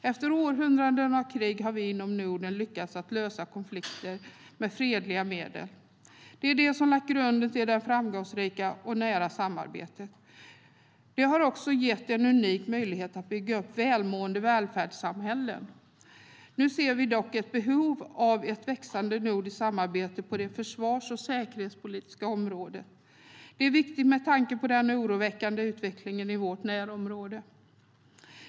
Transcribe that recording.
Efter århundraden av krig har vi inom Norden lyckats lösa konflikter med fredliga medel. Det har lagt grunden till det framgångsrika och nära samarbetet. Det har också gett oss en unik möjlighet att bygga upp välmående välfärdssamhällen. Nu ser vi dock ett behov av ett växande nordiskt samarbete på det försvars och säkerhetspolitiska området. Det är viktigt med tanke på den oroväckande utvecklingen i vårt närområde.